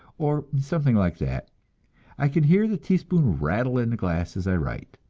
or something like that i can hear the teaspoon rattle in the glass as i write.